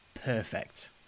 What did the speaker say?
Perfect